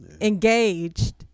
engaged